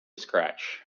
scratch